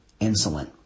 insulin